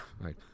Right